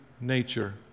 nature